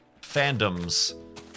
fandoms